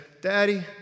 Daddy